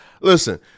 Listen